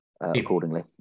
accordingly